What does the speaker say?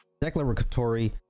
declaratory